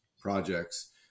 projects